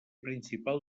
principal